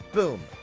boom.